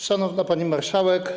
Szanowna Pani Marszałek!